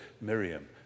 Miriam